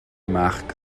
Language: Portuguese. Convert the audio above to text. mark